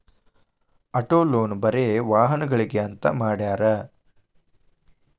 auto loan ಬರೆ ವಾಹನಗ್ಳಿಗೆ ಅಂತ್ ಮಾಡ್ಯಾರ